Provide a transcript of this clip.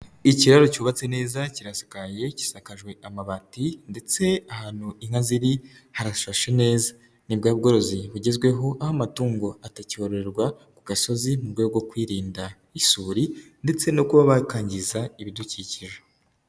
Ikiraro cyubatse neza, kirasigaye, kisakajwe amabati ndetse ahantu inka ziri, harashashe neza, ni bwa bworozi bugezweho, aho amatungo atacyororerwa ku gasozi mu rwego rwo kwirinda isuri ndetse no kuba bakangiza ibidukikije.